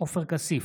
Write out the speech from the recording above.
עופר כסיף,